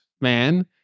man